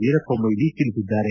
ವೀರಪ್ಪ ಮೊಯ್ಲಿ ತಿಳಿಸಿದ್ದಾರೆ